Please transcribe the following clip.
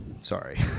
Sorry